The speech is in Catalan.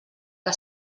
que